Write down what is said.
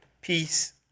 Peace